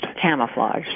Camouflaged